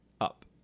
up